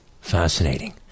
Fascinating